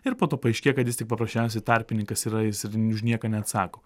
ir po to paaiškėja kad jis tik paprasčiausiai tarpininkas yra jis už nieką neatsako